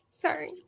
sorry